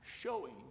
showing